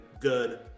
good